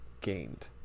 gained